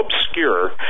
obscure